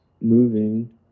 moving